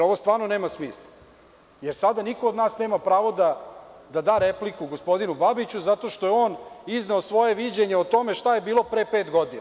Ovo stvarno nema smisla, jer sada niko od nas nema pravo da da repliku gospodinu Babiću zato što je on izneo svoje viđenje o tome šta je bilo pre pet godina.